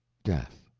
death.